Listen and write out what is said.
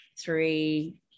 three